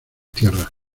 tierras